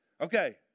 okay